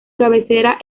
cabecera